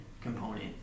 component